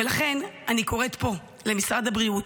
ולכן, אני קוראת פה למשרד הבריאות: